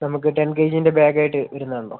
നമുക്ക് ten K ജിയിൻ്റെ ബാഗായിട്ട് വരുന്നതുണ്ടോ